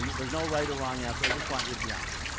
yeah there's no right or wrong answer. i just want you to be honest.